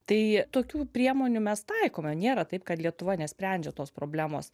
tai tokių priemonių mes taikome nėra taip kad lietuva nesprendžia tos problemos